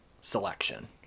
selection